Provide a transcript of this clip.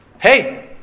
Hey